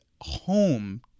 home